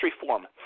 reform